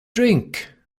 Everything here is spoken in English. drink